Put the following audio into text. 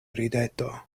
rideto